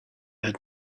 had